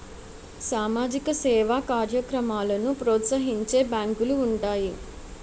సామాజిక సేవా కార్యక్రమాలను ప్రోత్సహించే బ్యాంకులు ఉంటాయి